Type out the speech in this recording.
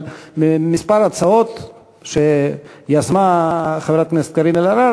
כמה הצעות שיזמה חברת הכנסת קארין אלהרר,